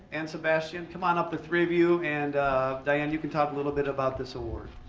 and sebastian? come on up, the three of you, and diane, you can talk a little bit about this award.